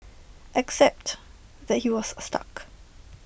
except that he was stuck